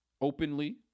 openly